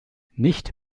nicht